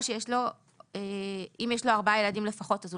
או אם יש לו ארבעה ילדים לפחות אז הוא